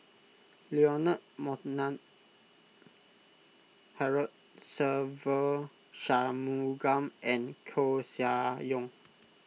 Leonard Montague Harrod Se Ve Shanmugam and Koeh Sia Yong